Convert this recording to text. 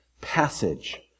passage